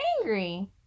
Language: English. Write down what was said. angry